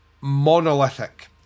monolithic